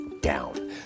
down